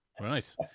Right